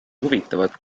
huvitavad